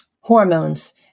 hormones